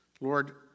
Lord